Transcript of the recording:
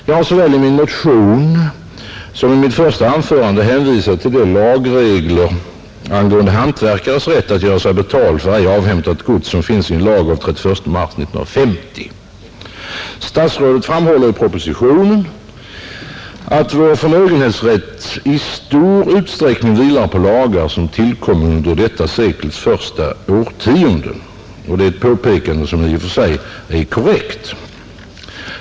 Jag har såväl i min motion som i mitt första anförande hänvisat till de lagregler angående hantverkares rätt att göra sig betald för ej avhämtat gods som återfinns i en lag av den 31 mars 1950. Statsrådet framhåller i propositionen att vår förmögenhetsrätt i stor utsträckning vilar på lagar som tillkom under detta sekels första årtionden, ett påpekande som i och för sig är korrekt.